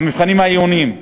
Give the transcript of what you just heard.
המבחנים העיוניים,